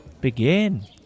begin